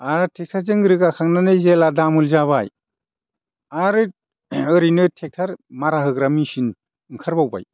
आरो ट्रेक्ट'रजों रोगा खांनानै जेब्ला दामोल जाबाय आरो ओरैनो ट्रेक्ट'र मारा होग्रा मेसिन ओंखारबावबाय